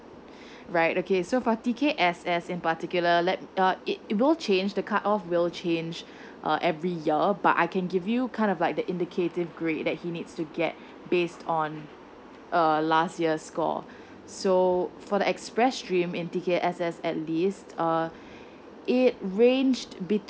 right okay so for T_K_S_S in particular let uh it will change the cut off will change uh every year but I can give you kind of like that indicative grades that he needs to get based on uh last year's score so for the express stream in T_K_S_S at least uh it ranged between